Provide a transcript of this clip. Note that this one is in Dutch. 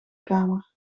kamer